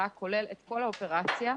כולל את כל האופרציה.